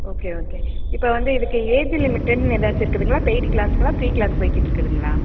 okay okay இப்போ வந்து இதுக்கு ஏஜ் லிமிட்டடுன்னு ஏதாச்சும் இருக்குதுங்களா பெய்டு க்ளாஸுங்களா ஃப்ரீ க்ளாஸ் போய்க்கிட்ருக்குதுங்களா